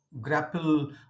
grapple